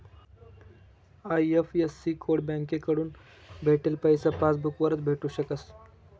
IFSC code बँककडथून भेटेल पैसा पासबूक वरच भेटू शकस